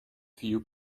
few